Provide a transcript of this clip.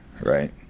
right